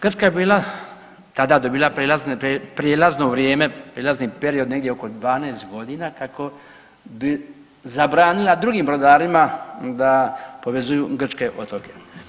Grčka je bila, tada je to bilo prijelazno vrijeme, prijelazni period negdje oko 12 godina kako bi zabranila drugim brodarima da povezuju Grčke otoke.